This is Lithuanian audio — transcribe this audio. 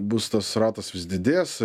bus tas ratas vis didės